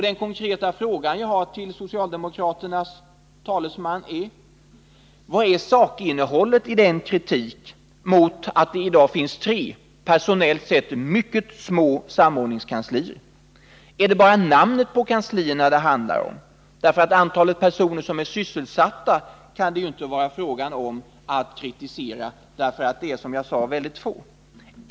Den konkreta fråga som vi vill ställa till socialdemokraternas talesman lyder: Vad är sakinnehållet i den kritik mot att det i dag finns tre personellt sett mycket små samordningskanslier? Är det bara namnet på kanslierna det handlar om? Det kan ju inte vara fråga om att kritisera antalet sysselsatta personer, eftersom de, som sagt, är mycket få.